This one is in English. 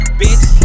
bitch